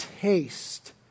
taste